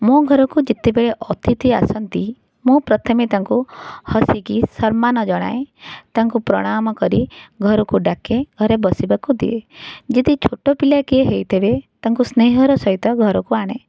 ମୋ ଘରକୁ ଯେତେବେଳେ ଅତିଥି ଆସନ୍ତି ମୁଁ ପ୍ରଥମେ ତାଙ୍କୁ ହସିକି ସମ୍ମାନ ଜଣାଏ ତାଙ୍କୁ ପ୍ରଣାମ କରି ଘରକୁ ଡାକେ ଘରେ ବସିବାକୁ ଦିଏ ଯଦି ଛୋଟପିଲା କିଏ ହେଇଥିବେ ତାଙ୍କୁ ସ୍ନେହର ସହିତ ଘରକୁ ଆଣେ